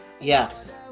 Yes